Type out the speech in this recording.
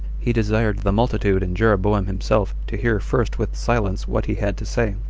he desired the multitude and jeroboam himself to hear first with silence what he had to say.